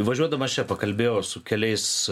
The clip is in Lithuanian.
važiuodamas čia pakalbėjau su keliais